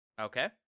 Okay